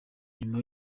nyuma